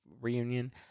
reunion